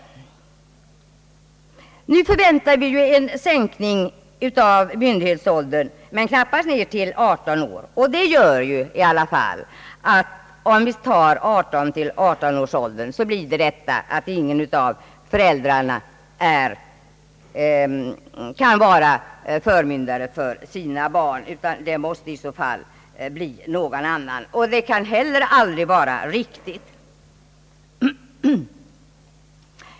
Nu förväntar vi en sänkning av myndighetsåldern men knappast ner till 18 år, och det gör i alla fall, om vi sätter äktenskapsåldern till 18 år, att ingen av föräldrarna kan vara förmyndare för sina barn, utan det måste i så fall bli någon annan, och det kan heller aldrig vara riktigt.